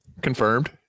Confirmed